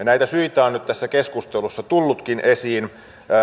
näitä syitä on nyt tässä keskustelussa tullutkin esiin